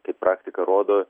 kaip praktika rodo